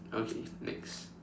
okay next